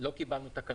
לא הגיעו.